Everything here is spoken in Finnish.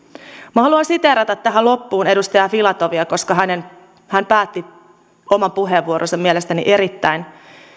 minä haluan siteerata tähän loppuun edustaja filatovia koska hän päätti oman puheenvuoronsa mielestäni erittäin